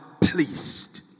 pleased